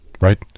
right